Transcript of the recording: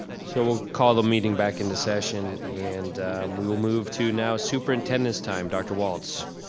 so we'll call the meeting back into session and we will move to now superintendent's time, dr. walts.